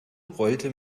rollte